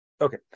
Okay